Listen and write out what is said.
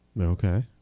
Okay